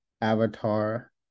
Avatar